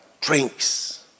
Drinks